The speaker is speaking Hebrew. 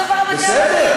בסוף הרמטכ"ל מחליט,